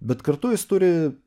bet kartu jis turi